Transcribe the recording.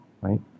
right